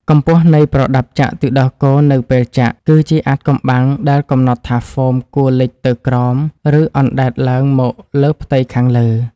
កម្ពស់នៃប្រដាប់ចាក់ទឹកដោះគោនៅពេលចាក់ គឺជាអាថ៌កំបាំងដែលកំណត់ថាហ្វូមគួរលិចទៅក្រោម ឬអណ្តែតឡើងមកលើផ្ទៃខាងលើ។